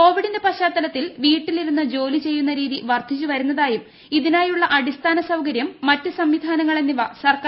കോവിഡിന്റെ പശ്ചാത്തലത്തിൽ വീട്ടിലിരുന്ന് ജോലി ചെയ്യുന്ന രീതി വർദ്ധിച്ചു വരുന്നതായും ഇതിനായുള്ള അടിസ്ഥാന സൌകരൃം മറ്റ് സംവിധാനങ്ങൾ പ്രധാനമന്ത്രി വ്യക്തമാക്കി